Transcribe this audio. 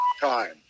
time